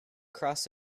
cross